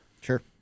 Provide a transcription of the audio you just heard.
Sure